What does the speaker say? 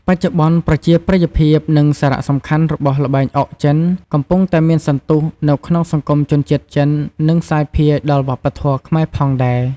បច្ចុប្បន្នប្រជាប្រិយភាព និងសារៈសំខាន់របស់ល្បែងអុកចិន កំពុងតែមានសន្ទុះនៅក្នុងសង្គមជនជាតិចិននិងសាយភាយដល់វប្បធម៌ខ្មែរផងដែរ។